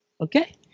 Okay